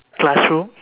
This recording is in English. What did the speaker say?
classroom